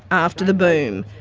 after the boom.